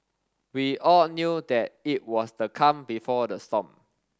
we all knew that it was the calm before the storm